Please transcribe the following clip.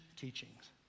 teachings